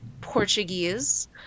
Portuguese